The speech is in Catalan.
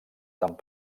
tant